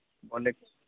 बोले